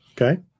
Okay